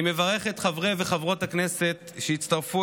אני מברך את חברות וחברי הכנסת שהצטרפו